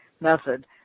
method